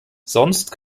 sonst